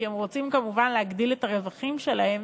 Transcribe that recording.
כי הם רוצים כמובן להגדיל את הרווחים שלהם,